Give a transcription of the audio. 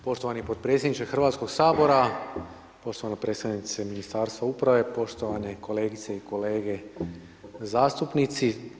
Poštovani podpredsjedniče Hrvatskog sabora, poštovana predstavnice Ministarstva uprave, poštovane kolegice i kolege zastupnici.